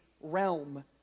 realm